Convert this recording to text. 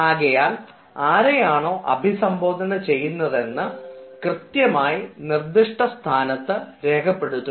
ആകയാൽ ആരെയാണോ അഭിസംബോധന ചെയ്യുന്നതെന്ന് കൃത്യമായി നിർദിഷ്ട സ്ഥാനത്ത് രേഖപ്പെടുത്തുക